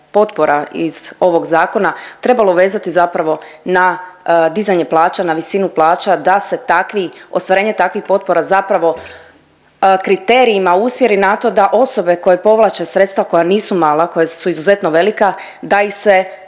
potpora iz ovog zakona trebalo vezati zapravo na dizanje plaća na visinu plaća, da se takvi, ostvarenje takvih potpora zapravo kriterijima usmjeri na to da osobe koje povlači sredstva koja nisu mala, koja su izuzetno velika, da ih se